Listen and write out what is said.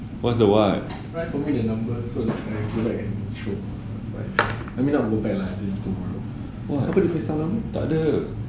apply for me the number so I can get through I mean I go back lah I think tomorrow what is your number abeh how you check